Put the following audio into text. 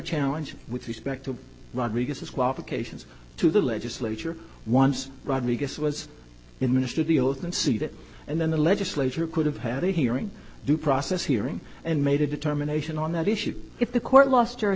challenge with respect to rodriguez's qualifications to the legislature once rodrigues was in mr the oath and see that and then the legislature could have had a hearing due process hearing and made a determination on that issue if the court lost